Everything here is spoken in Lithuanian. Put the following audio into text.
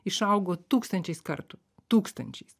išaugo tūkstančiais kartų tūkstančiais